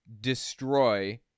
destroy